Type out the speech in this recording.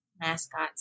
mascots